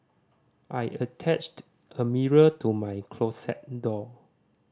I attached a mirror to my closet door